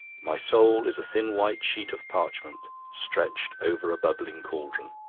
my soul is a thin white sheet of parchment stretched over a bubbling cauldron.